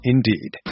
Indeed